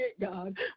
God